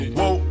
Whoa